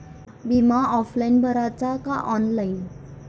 बिमा ऑफलाईन भराचा का ऑनलाईन?